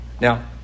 Now